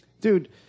Dude